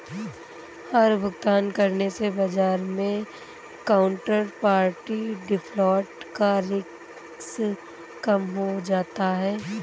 हर भुगतान करने से बाजार मै काउन्टरपार्टी डिफ़ॉल्ट का रिस्क कम हो जाता है